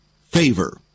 Favor